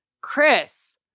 Chris